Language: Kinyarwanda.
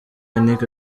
nic